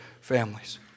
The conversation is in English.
families